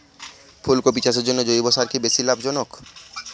ফুলকপি চাষের জন্য জৈব সার কি বেশী লাভজনক?